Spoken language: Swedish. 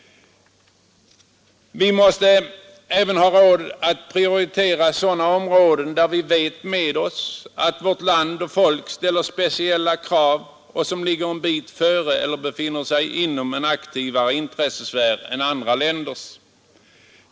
Vi måste även ha råd att prioritera sådana områden där vi vet med oss att vårt land och vårt folk ställer speciella krav och där vi ligger en bit före eller befinner oss inom en aktivare intressesfär än andra länder.